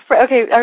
Okay